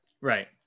Right